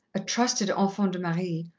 a trusted enfant de marie,